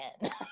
again